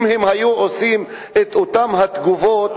אם הם היו מגיבים אותן תגובות,